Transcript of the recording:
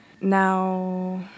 Now